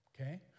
okay